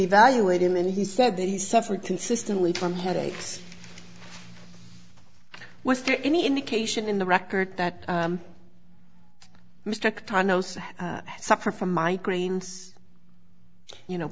evaluate him and he said that he suffered consistently from headaches was there any indication in the record that mr tanos suffer from migraines you know